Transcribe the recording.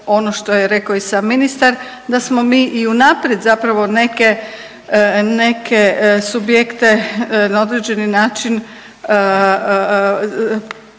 ono što je rekao sam ministar da smo mi i unaprijed zapravo neke, neke subjekte na određeni način